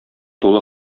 тулы